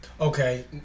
Okay